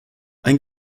ein